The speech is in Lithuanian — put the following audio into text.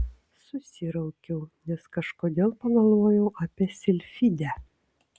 susiraukiau nes kažkodėl pagalvojau apie silfidę